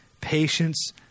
patience